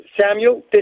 Samuel